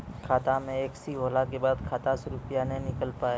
खाता मे एकशी होला के बाद खाता से रुपिया ने निकल पाए?